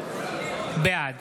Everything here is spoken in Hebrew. בעד